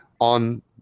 on